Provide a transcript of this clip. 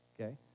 okay